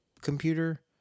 computer